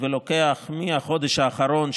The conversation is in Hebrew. ולוקח מהחודש האחרון,